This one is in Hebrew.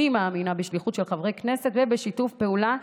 אני מאמינה בשליחות של חברי כנסת ובשיתוף פעולה.